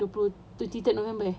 dua puluh twenty third november eh